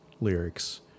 lyrics